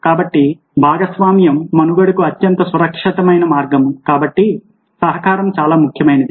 కాబట్టి భాగస్వామ్యము మనుగడకు అత్యంత సురక్షితమైన మార్గం కాబట్టి సహకారం చాలా ముఖ్యమైనది